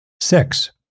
Six